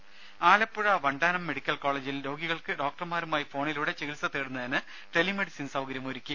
രുമ ആലപ്പുഴ വണ്ടാനം മെഡിക്കൽ കോളജിൽ രോഗികൾക്ക് ഡോക്ടർമാരുമായി ഫോണിലൂടെ ചികിത്സ തേടുന്നതിന് ടെലിമെഡിസിൻ സൌകര്യമൊരുക്കി